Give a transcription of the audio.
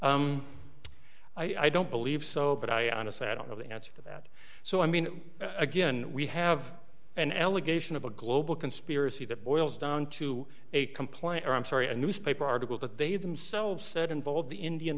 i don't believe so but i honestly i don't know the answer to that so i mean again we have an allegation of a global conspiracy that boils down to a complaint or i'm sorry a newspaper article that they themselves said involve the indian